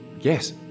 yes